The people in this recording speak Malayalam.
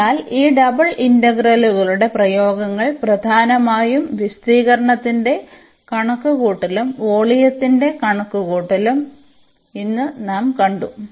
അതിനാൽ ഈ ഡബിൾ ഇന്റഗ്രലുകളുടെ പ്രയോഗങ്ങൾ പ്രധാനമായും വിസ്തീർണ്ണത്തിന്റെ കണക്കുകൂട്ടലും വോളിയത്തിന്റെ കണക്കുകൂട്ടലും ഇന്ന് നാം കണ്ടു